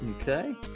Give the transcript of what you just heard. Okay